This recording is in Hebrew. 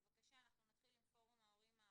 בבקשה, אנחנו נתחיל עם פורום ההורים הארצי,